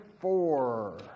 four